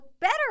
better